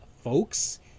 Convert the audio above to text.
folks